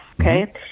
okay